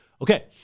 Okay